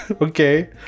okay